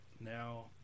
Now